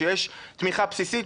שיש תמיכה בסיסית,